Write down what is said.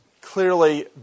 clearly